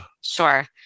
Sure